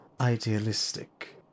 idealistic